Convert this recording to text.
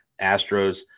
Astros